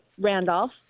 Randolph